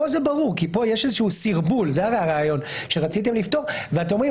כאן זה ברור כי כאן יש איזשהו סרבול שרציתם לפתור ואתם אומרים